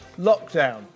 Lockdown